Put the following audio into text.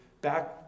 back